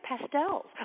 pastels